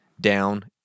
down